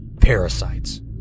parasites